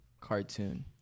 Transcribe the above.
cartoon